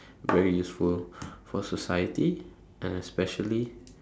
very useful for society and especially